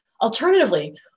Alternatively